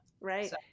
Right